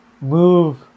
move